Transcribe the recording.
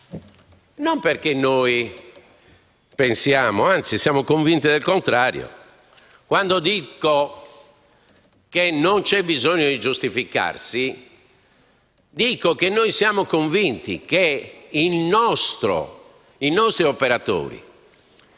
i nostri operatori: anzi, sono convinto del contrario. Quando dico che non c'è bisogno di giustificarsi, dico che siamo convinti che i nostri operatori,